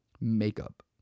makeup